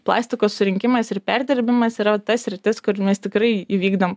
plastiko surinkimas ir perdirbimas yra va ta sritis kur mes tikrai įvykdėm